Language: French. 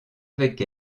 avec